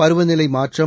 பருவநிலை மாற்றம்